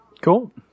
Cool